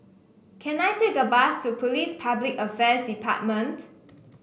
can I take a bus to Police Public Affairs Department